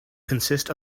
consist